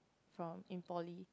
from in poly